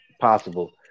possible